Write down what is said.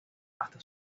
hasta